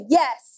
yes